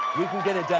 we can get it done.